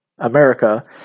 America